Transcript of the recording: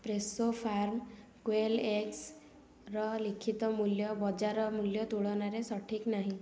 Fresho farm quail ଏଗ୍ସ୍ର ଲିଖିତ ମୂଲ୍ୟ ବଜାର ମୂଲ୍ୟ ତୁଳନାରେ ସଠିକ୍ ନାହିଁ